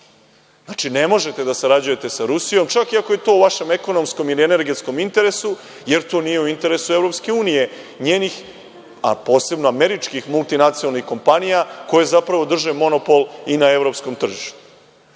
Znači, ne možete da sarađujete sa Rusijom, čak i ako je to u vašem ekonomskom ili energetskom interesu, jer to nije u interesu EU, njenih, a posebno američkih multinacionalnih kompanija, koje zapravo drže monopol i na evropskom tržištu. Dakle,